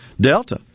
Delta